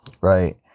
right